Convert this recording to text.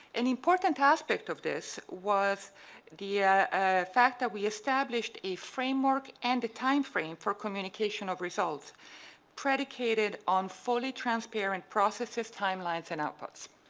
an important aspect of this was the yeah fact that we established a framework and a timeframe for communication of results predicated on fully transparent processes, timelines, and outcomes.